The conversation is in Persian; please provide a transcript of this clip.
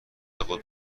خود